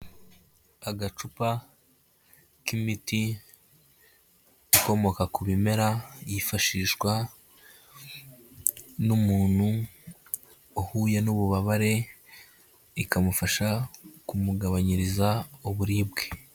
Agacupa k'imiti ikomoka ku bimera, yifashishwa n'umuntu wahuye n'ububabare, ikamufasha kumugabanyiriza uburibwe.